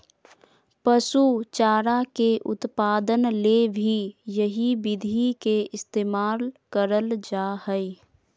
पशु चारा के उत्पादन ले भी यही विधि के इस्तेमाल करल जा हई